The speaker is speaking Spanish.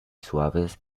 suaves